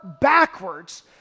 backwards